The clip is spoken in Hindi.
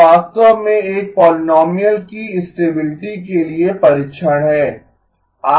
यह वास्तव में एक पोलीनोमीअल की स्टेबिलिटी के लिए परीक्षण है